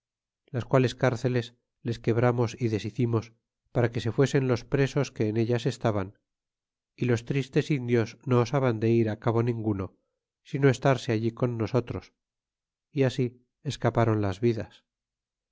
las quales cárceles les quebramos y deshicimos para que se fuesen los presos que en ellas estaban y los tristes indios no osaban de ir á cabo ninguno sino estarse allí con nosotros y así escapáron las vidas